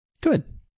good